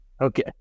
Okay